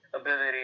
ability